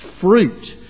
fruit